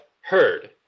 heard